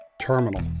Terminal